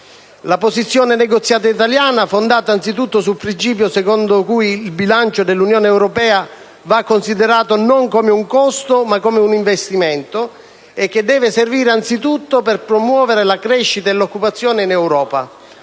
la posizione negoziale italiana, fondata anzitutto sul principio secondo cui il bilancio dell'Unione europea va considerato non come un costo ma come un investimento, e che deve servire anzitutto per promuovere la crescita e l'occupazione in Europa;